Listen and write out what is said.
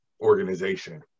organization